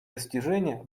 достижения